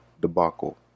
debacle